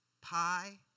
Pi